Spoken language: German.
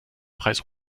preis